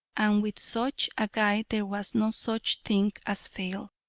and with such a guide there was no such thing as fail.